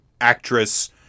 actress